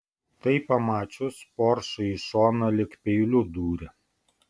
tai pamačius poršai į šoną lyg peiliu dūrė